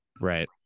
Right